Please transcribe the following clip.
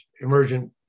emergent